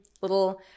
little